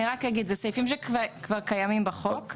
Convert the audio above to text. אני רק אגיד, זה סעיפים שכבר קיימים בחוק.